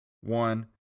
one